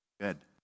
good